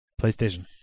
PlayStation